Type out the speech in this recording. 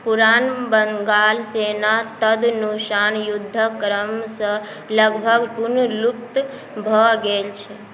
पुरान बंगाल सेना तदनुसार युद्धक क्रमसँ लगभग पूर्णतः लुप्त भऽ गेल छल